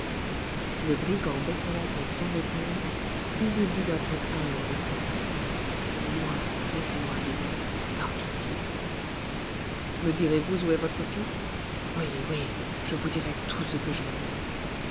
le brigand baissa la tête sans répondre puis il dit d'un ton humble au moins laissez-moi vivre par pitié me direz-vous où est votre fils oui oui je vous dirai tout ce que j'en sais